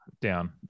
down